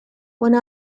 one